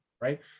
right